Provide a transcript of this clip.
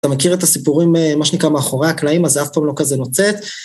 אתה מכיר את הסיפורים, מה שנקרא, מאחורי הקלעים, אז זה אף פעם לא כזה נוצץ.